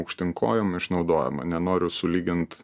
aukštyn kojom išnaudojama nenoriu sulygint